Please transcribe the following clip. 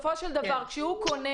כשהוא קונה